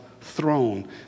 throne